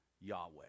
Yahweh